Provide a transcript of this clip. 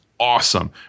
Awesome